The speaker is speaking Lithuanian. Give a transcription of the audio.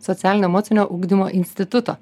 socialinio emocinio ugdymo instituto